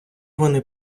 вони